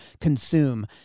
consume